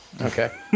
Okay